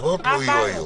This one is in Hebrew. הצבעות לא יהיו היום.